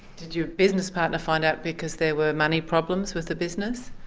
did your business partner find out because there were money problems with the business?